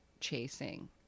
chasing